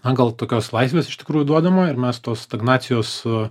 na gal tokios laisvės iš tikrųjų duodama ir mes tos stagnacijos a